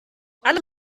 alle